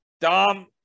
Dom